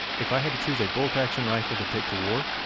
if i had to choose a bolt-action rifle to take to war,